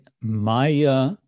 maya